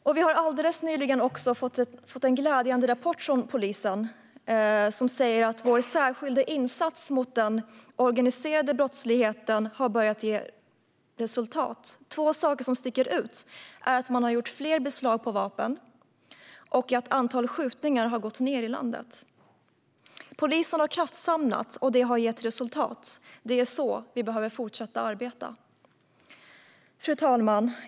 Vi har också alldeles nyligen fått en glädjande rapport från polisen, som säger att vår särskilda insats mot den organiserade brottsligheten har börjat ge resultat. Två saker som sticker ut är att man gjort fler beslag av vapen och att antalet skjutningar har gått ned i landet. Polisen har kraftsamlat, och det har gett resultat. Det är så vi behöver fortsätta arbeta! Fru talman!